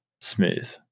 smooth